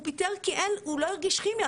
הוא פיטר כי הוא לא הרגיש כימיה.